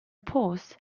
pause